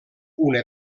una